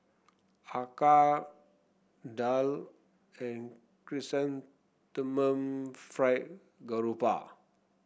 acar daal and Chrysanthemum Fried Garoupa